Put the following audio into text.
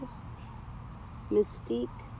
Mystique